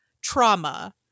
trauma